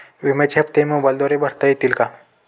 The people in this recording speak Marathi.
विम्याचे हप्ते मोबाइलद्वारे भरता येतील का?